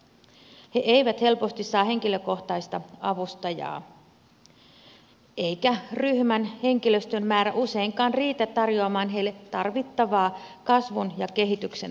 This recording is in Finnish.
he eivät helposti saa henkilökohtaista avustajaa eikä ryhmän henkilöstön määrä useinkaan riitä tarjoamaan heille tarvittavaa kasvun ja kehityksen tukea